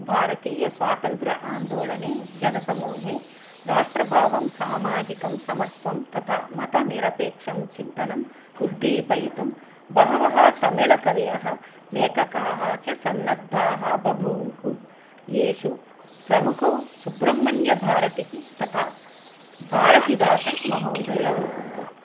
भारतीयस्वातन्त्र्य आन्दोलने जनसमूहे राष्ट्रभावं सामाजिकं समत्वं तथा मतनिरपेक्षं चिन्तनम् उद्दीपयितुं बहवः तमिल् कवयः लेखकाः च सन्नद्धाः बभूवुः येषु प्रमुखौ सुब्रह्मण्यभारतिः तथा भारतिदासन् महोदयौ